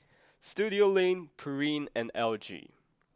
Studioline Pureen and L G